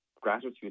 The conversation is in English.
gratitude